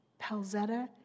palzetta